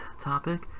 topic